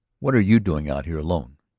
what are you doing out here alone?